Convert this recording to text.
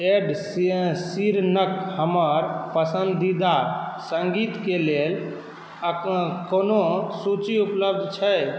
Ed शीरनक हमर पसन्दीदा सङ्गीतके लेल को कोनो सूची उपलब्ध छै